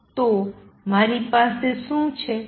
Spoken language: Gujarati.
તો પછી મારી પાસે શું છે